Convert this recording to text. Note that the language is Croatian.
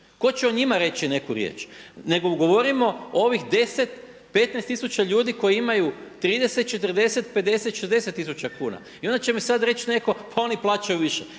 Tko će o njima reći neku riječ? Nego govorimo o ovih 10, 15 tisuća ljudi koji imaju 30, 40, 50, 60 tisuća kuna. I onda će mi sada reći netko pa oni plaćaju više.